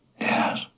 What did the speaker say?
Yes